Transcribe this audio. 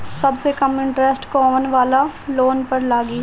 सबसे कम इन्टरेस्ट कोउन वाला लोन पर लागी?